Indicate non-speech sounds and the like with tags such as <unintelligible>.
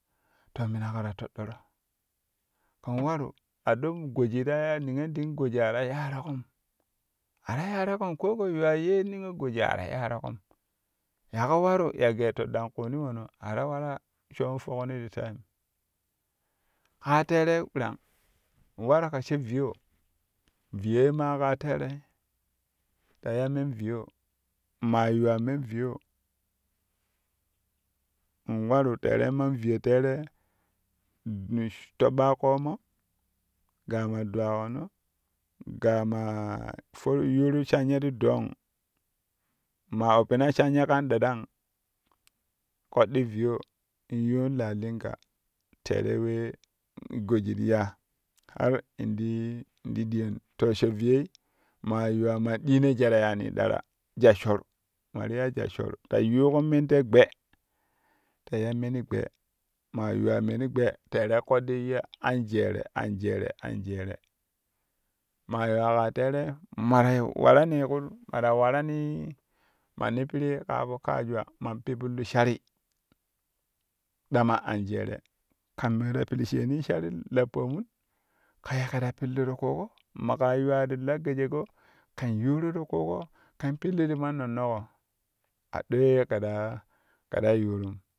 Ta minaƙo ta teɗɗoro in a don goji ta ya niyomding goji a ta yaaroƙom a ta yaroƙom ka kɛ yuwa yee niyo goji a ta yaroƙom yaƙo waru ye gee foɗɗan ƙuuni wono a ta waraa shou fokmo ti taim kaa teerei ɓirang in varu ka she viyo viyoi maa kaa teerei ta ya men viyo ma yu wa men viyo in waru tere men viyo teere <unintelligible> tiɓɓaa ƙoomo ga ma dwakuno ga maa for yuuru shanye ti doong maa oppina shanye kan ɗaɗang koɗɗi viyo in yuun lalinga teere wee mu goji ti ya har in ti in ti ɗiyon to she viyoi maa yuwa man diino jwal ta yaani ɗara jwal shor ma ti ya jwal shor ta yuuƙo men te gbe ta ya meni gɓe maa yuwa meni gbe teere koddi ya na jeere anjeere anjeere ma yuwa ka teere ma ta yiu warani ƙu mata waranii manni pirii kaa po kajuwa pipillu shari ɗama anjeere kan me ta pillu sheeni shari la pomun ka ye kɛ ta pillu ti ƙuƙo ma yuwa ti lagejeƙo kɛn yuuro ti ƙuƙo kɛn pillu ti ma nonnoƙo aɗee we kɛ ta kɛ ta yuunuo.